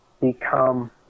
become –